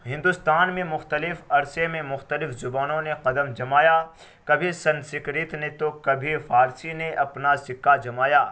ہندوستان میں مختلف عرصے میں مختلف زبانوں نے قدم جمایا کبھی سنسکرت نے تو کبھی فارسی نے اپنا سکہ جمایا